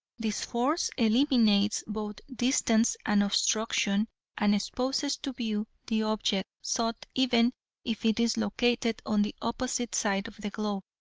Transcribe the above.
this force eliminates both distance and obstruction and exposes to view the object sought even if it is located on the opposite side of the globe.